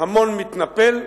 המון מתנפל,